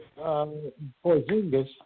Porzingis